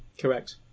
Correct